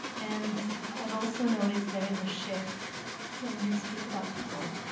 and i've also noticed there is a shift when you speak about people.